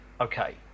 Okay